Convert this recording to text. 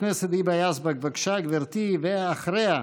חברת הכנסת היבה יזבק, בבקשה, גברתי, ואחריה,